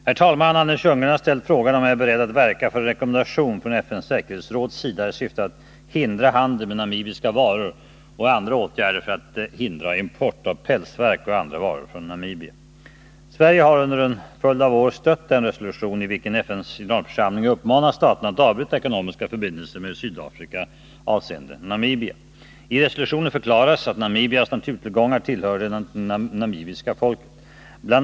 Herr talman! Anders Ljunggren har ställt frågan, om jag är beredd verka för en rekommendation från FN:s säkerhetsråds sida i syfte att hindra handel med namibiska varor och andra åtgärder för att hindra import av pälsverk och andra varor från Namibia. Sverige har under en följd av år stött den resolution i vilken FN:s generalförsamling uppmanar staterna att avbryta ekonomiska förbindelser med Sydafrika avseende Namibia. I resolutionen förklaras att Namibias naturtillgångar tillhör det namibiska folket. Bl.